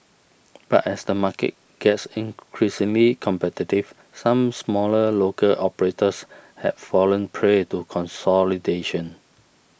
but as the market gets increasingly competitive some smaller local operators have fallen prey to consolidation